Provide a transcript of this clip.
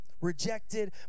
rejected